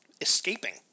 escaping